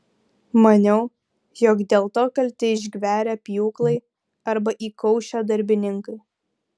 maniau jog dėl to kalti išgverę pjūklai arba įkaušę darbininkai